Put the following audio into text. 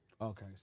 Okay